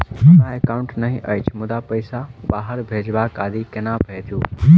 हमरा एकाउन्ट नहि अछि मुदा पैसा बाहर भेजबाक आदि केना भेजू?